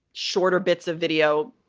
shorter bits of video.